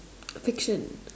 fiction